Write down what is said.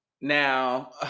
Now